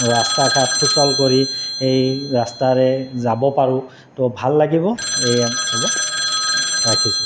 ৰাস্তা ঘাট সুচল কৰি এই ৰাস্তাৰে যাব পাৰোঁ তো ভাল লাগিব এইয়ে হ'ব ৰাখিছোঁ